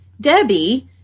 Debbie